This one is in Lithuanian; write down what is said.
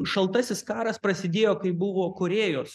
šaltasis karas prasidėjo kai buvo korėjos